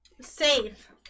save